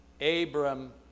Abram